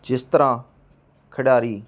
ਜਿਸ ਤਰ੍ਹਾਂ ਖਿਡਾਰੀ